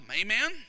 amen